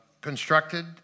constructed